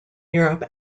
europe